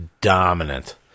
dominant